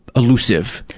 elusive